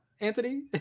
Anthony